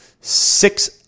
six